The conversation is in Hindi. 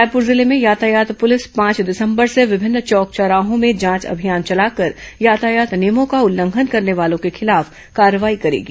रायपुर जिले में यातायात पूॅलिस पांच दिसंबर से विभिन्न चौक चौराहों में जांच अभियान चलाकर यातायात नियमों का उल्लंघन करने वालों के खिलाफ कार्रवाई करेगी